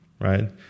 right